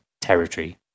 territory